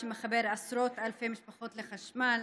החשמל, שמחבר עשרות אלפי משפחות לחשמל,